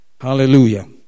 Hallelujah